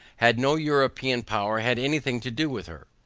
had no european power had any thing to do with her.